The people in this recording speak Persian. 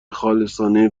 خالصانه